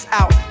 out